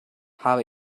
habe